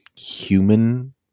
human